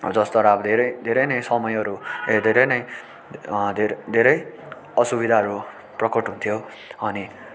जसद्वारा अब धेरै धेरै नै समयहरू ए धेरै नै धेरै असुविधाहरू प्रकट हुन्थ्यो अनि